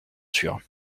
sûr